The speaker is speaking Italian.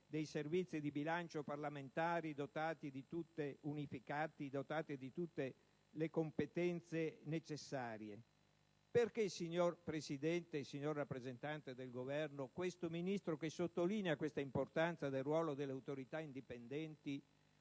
di un unico Servizio parlamentare del bilancio, dotato di tutte le competenze necessarie? Perché, signora Presidente e signor rappresentante del Governo, questo Ministro, che sottolinea l'importanza del ruolo delle autorità indipendenti,